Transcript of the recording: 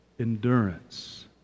Endurance